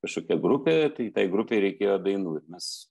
kažkokia grupė tai tai grupei reikėjo dainų ir mes